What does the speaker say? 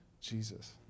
Jesus